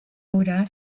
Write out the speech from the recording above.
haurà